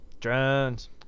Drones